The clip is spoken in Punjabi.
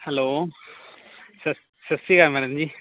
ਹੈਲੋ ਸ਼ ਸਤਿ ਸ਼੍ਰੀ ਅਕਾਲ ਮੈਡਮ ਜੀ